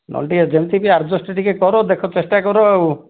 ନହେଲେ ଟିକିଏ ଯେମିତିକି ଆଡ଼୍ଜଷ୍ଟ୍ ଟିକିଏ କର ଦେଖ ଚେଷ୍ଟା କର ଆଉ